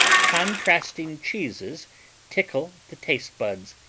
contrasting cheeses tickle the taste buds,